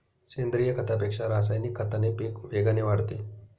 सेंद्रीय खतापेक्षा रासायनिक खताने पीक वेगाने वाढते